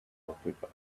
africa